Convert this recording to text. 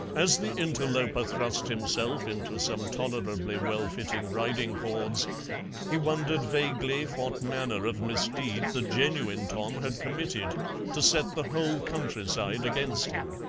as the interloper thrust himself into some tolerably well-fitting riding cords he wondered vaguely what manner of misdeed the genuine tom had committed to set the whole countryside against him.